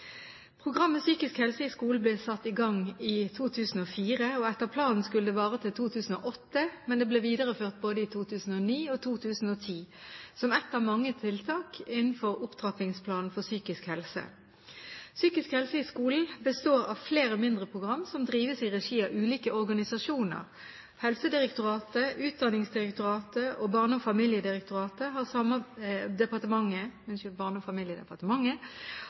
Programmet Psykisk helse i skolen ble satt i gang i 2004. Etter planen skulle det vare til 2008, men det ble videreført både i 2009 og 2010 som et av mange tiltak innenfor Opptrappingsplanen for psykisk helse. Psykisk helse i skolen består av flere mindre program som drives i regi av ulike organisasjoner. Helsedirektoratet, Utdanningsdirektoratet og Barne- og familiedepartementet – som det het – har samarbeidet om satsingen, som jeg mener har vært både viktig og